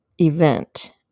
event